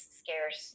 scarce